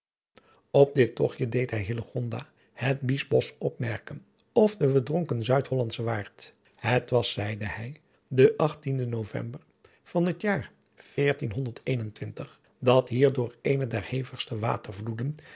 op dit togtje deed hij hillegonda het biesbos opmerken of den adriaan loosjes pzn het leven van hillegonda buisman verdronken zuidhollandschen waard het was zeide hij den achttienden ovember van het jaar dat hier door eenen der